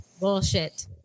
Bullshit